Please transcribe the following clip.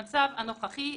במצב הנוכחי,